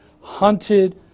hunted